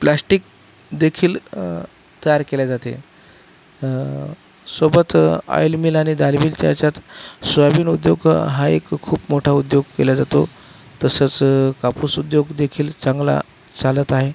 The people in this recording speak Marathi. प्लॅस्टिकदेखील तयार केले जाते सोबत ऑइल मिल आणि दाल मिलच्या याच्यात सोयाबीन उद्योग हा एक खूप मोठा उद्योग केला जातो तसंच कापूस उद्योगदेखील चांगला चालत आहे